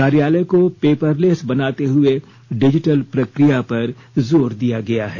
कार्यालय को paperless बनाते हुए डीजिटल प्रकिया पर जोर दिया गया है